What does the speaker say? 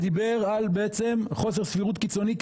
ודיבר על בעצם חוסר סבירות קיצוני,